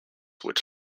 which